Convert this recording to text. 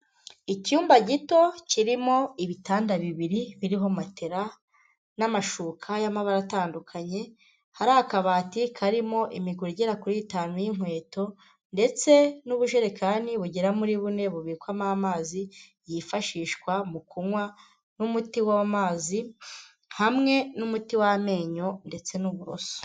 Icyumba gito kirimo ibitanda bibiri biriho matela, n'amashuka y'amabara atandukanye, hari akabati karimo imiguru igera kuri itanu y'inkweto, ndetse n'ubujerekani bugera muri bune bubikwamo amazi, yifashishwa mu kunywa, n'umuti w'amazi, hamwe n'umuti w'amenyo ndetse n'uburoso.